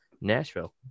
Nashville